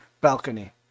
balcony